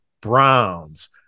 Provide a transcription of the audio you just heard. browns